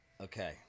Okay